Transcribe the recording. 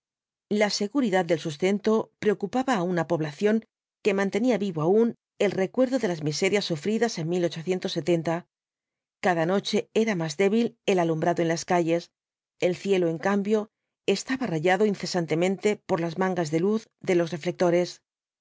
la seguridad del sustento preocupaba á una población que mantenía vivo aún el recuerdo de las miserias sufridas en cada noche era más débil el alumbrado en las calles el cielo en cambio estaba rayado incesantemente por las mangas de luz de los reflectores